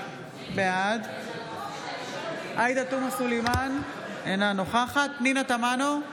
בעד עאידה תומא סלימאן, אינה נוכחת פנינה תמנו,